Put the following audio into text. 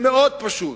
מאוד פשוט